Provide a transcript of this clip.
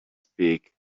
speak